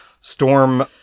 Storm